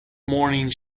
morning